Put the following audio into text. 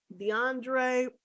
deandre